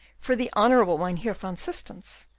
for the honorable mynheer van systens,